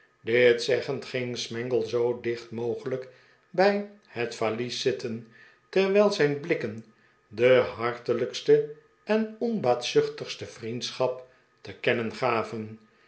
dit zeggend ging smangle zoo dicht mogelijk bij het valies zitten terwijl zijn blikken de hartelijkste en onbaatzuchtigste vriendschap te kennen gaven